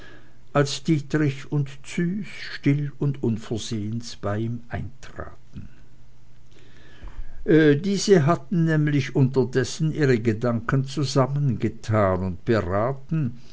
als dietrich und züs still und unversehens bei ihm eintraten diese hatten nämlich unterdessen ihre gedanken zusammengetan und beraten